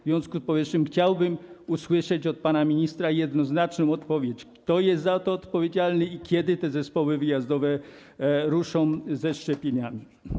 W związku z powyższym chciałbym usłyszeć od pana ministra jednoznaczną odpowiedź: Kto jest za to odpowiedzialny i kiedy te zespoły wyjazdowe ruszą ze szczepieniami?